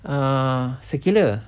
err secular